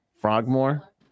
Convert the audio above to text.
Frogmore